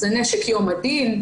זה נשק יום הדין,